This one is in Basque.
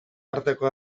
arteko